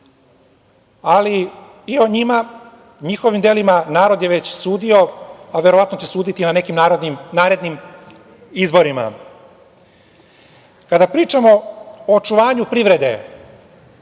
ali i o njima, njihovim delima, narod je već sudio, a verovatno će suditi na nekim narednim izborima. Kada pričamo o očuvanju privrede,